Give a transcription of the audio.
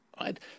right